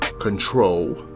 control